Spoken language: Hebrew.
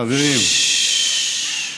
חברים, חברים, ששש.